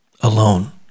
alone